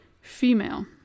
female